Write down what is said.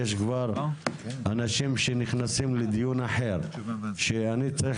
יש כבר אנשים שנכנסים לדיון אחר שאני צריך